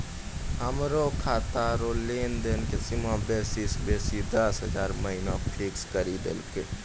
हमरो खाता रो लेनदेन के सीमा बेसी से बेसी दस हजार महिना फिक्स करि दहो